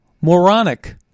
moronic